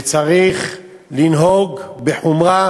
וצריך לנהוג בחומרה,